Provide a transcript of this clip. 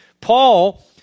Paul